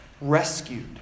rescued